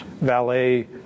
valet